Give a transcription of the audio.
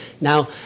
Now